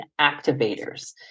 activators